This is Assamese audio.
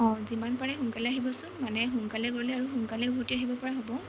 অঁ যিমান পাৰে সোনকালে আহিবচোন মানে সোনকালে গ'লে আৰু সোনকালে ওভতি আহিবপৰা হ'ব